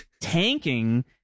tanking